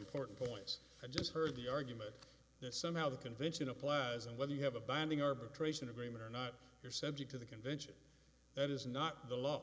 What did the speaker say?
important points i just heard the argument that somehow the convention a pleasant whether you have a binding arbitration agreement or not you're subject to the convention that is not the law